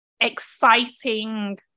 exciting